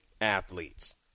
athletes